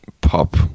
pop